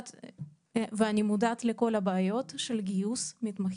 ואני מודעת לכל הבעיות של גיוס מתמחים.